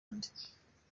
nde